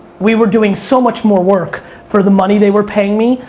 we were doing so much more work for the money they were paying me,